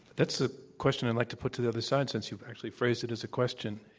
that's the question i'd like to put to the other side since you've actually phrased it as a question.